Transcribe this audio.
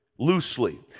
loosely